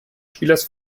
spielers